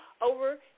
over